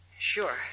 Sure